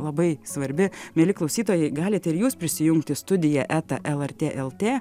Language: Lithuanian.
labai svarbi mieli klausytojai galite ir jūs prisijungti studija eta lrt lt